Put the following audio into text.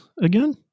again